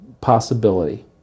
possibility